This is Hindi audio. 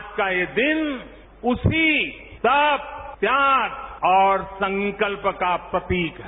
आज का ये दिन उसी तप त्याग और संकल्प का प्रतीक है